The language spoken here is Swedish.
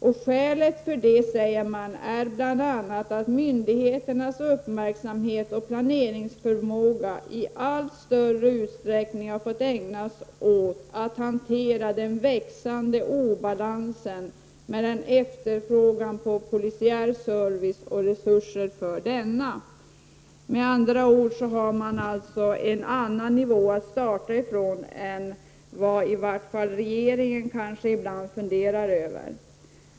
Ett skäl sägs vara att myndigheternas uppmärksamhet och planeringsförmåga i allt större utsträckning har fått ägnas åt att hantera den växande obalansen med efterfrågan på polisiär service och resurser för denna. Med andra ord har man en annan nivå att starta från än vad i varje fall regeringen kanske ibland funderar över.